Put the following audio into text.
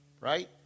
right